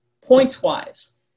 points-wise